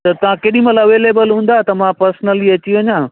त तव्हां केॾीमहिल अवेलेबल हूंदा त मां पर्सनली अची वञा